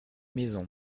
maisons